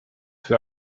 für